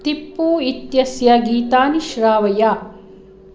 तिप्पू इत्यस्य गीतानि श्रावय